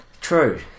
True